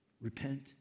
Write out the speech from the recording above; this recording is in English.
repent